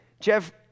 Jeff